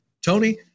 Tony